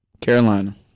Carolina